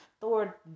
Thor